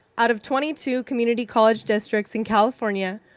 out of twenty two community college districts in california,